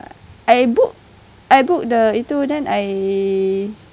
I book I book the itu then I